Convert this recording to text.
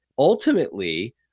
Ultimately